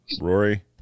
Rory